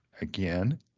again